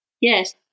Yes